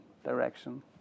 direction